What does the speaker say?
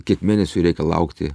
kiek mėnesių reikia laukti